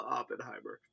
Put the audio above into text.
Oppenheimer